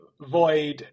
Void